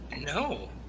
No